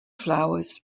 flowers